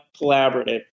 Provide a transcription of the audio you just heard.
collaborative